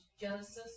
Genesis